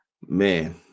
man